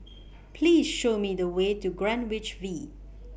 Please Show Me The Way to Greenwich V